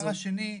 הדבר השני,